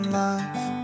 life